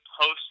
post